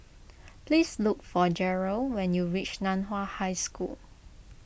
please look for Gerald when you reach Nan Hua High School